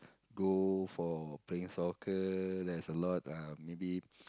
go for playing soccer there's a lot uh maybe